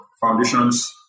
foundations